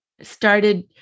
started